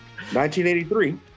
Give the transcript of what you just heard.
1983